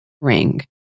ring